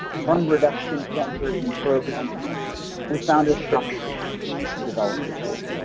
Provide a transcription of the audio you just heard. harm reduction centers and programs we found a structure to develop the tool.